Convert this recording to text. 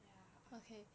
ya ah